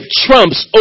trumps